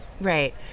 right